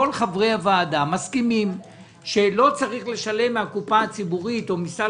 כל חברי הוועדה מסכימים שלא צריך לשלם מן הקופה הציבורית או מסל